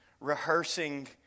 rehearsing